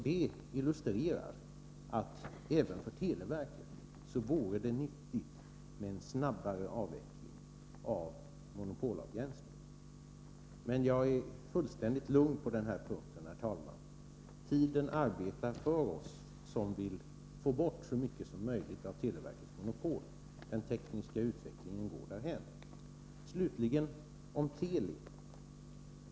Det illustrerar att det även för televerket vore nyttigt med en snabbare avveckling av monopolavgränsningen. Men jag är fullständigt lugn på den här punkten, herr talman. Tiden arbetar för oss som vill få bort så mycket som möjligt av televerkets monopol. Den tekniska utvecklingen går därhän. Slutligen vill jag säga något om Teli.